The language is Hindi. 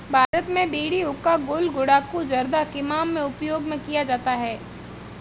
भारत में बीड़ी हुक्का गुल गुड़ाकु जर्दा किमाम में उपयोग में किया जाता है